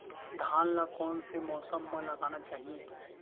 धान ल कोन से मौसम म लगाना चहिए?